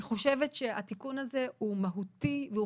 אני חושבת שהתיקון הזה הוא מהותי והוא